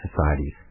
societies